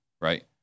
right